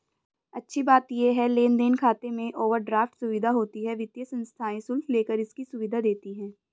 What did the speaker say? अच्छी बात ये है लेन देन खाते में ओवरड्राफ्ट सुविधा होती है वित्तीय संस्थाएं शुल्क लेकर इसकी सुविधा देती है